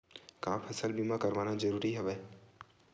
का फसल बीमा करवाना ज़रूरी हवय?